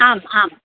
आम् आम्